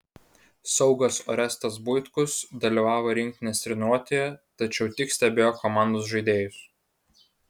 saugas orestas buitkus dalyvavo rinktinės treniruotėje tačiau tik stebėjo komandos žaidėjus